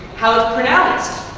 how ah pronounced.